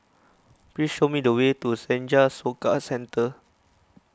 please show me the way to Senja Soka Centre